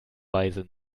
weise